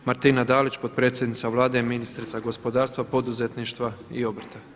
Martina Dalić, potpredsjednica Vlade i ministrica gospodarstva, poduzetništva i obrta.